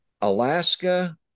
Alaska